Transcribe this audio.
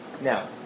Now